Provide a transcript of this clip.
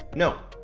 no.